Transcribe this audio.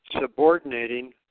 subordinating